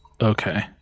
Okay